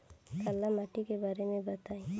काला माटी के बारे में बताई?